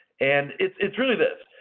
and it's it's really this